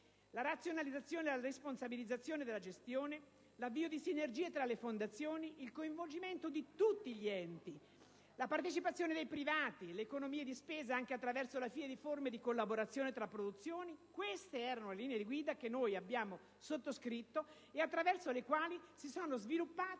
La razionalizzazione e la responsabilizzazione della gestione, l'avvio di sinergie tra le fondazioni, il coinvolgimento di tutti gli enti, la partecipazione dei privati, le economie di spesa anche attraverso l'avvio di forme di collaborazioni tra produzioni: queste erano le linee guida che abbiamo sottoscritto e attraverso le quali si sono sviluppate